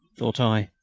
thought i,